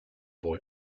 boy